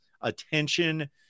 attention